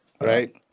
right